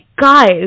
guys